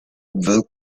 bill